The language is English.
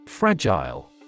Fragile